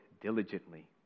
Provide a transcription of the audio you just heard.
diligently